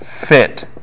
fit